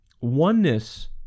oneness